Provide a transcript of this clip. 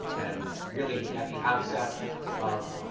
really at the outset of